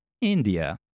India